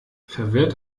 verwirrt